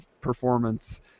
performance